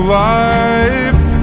life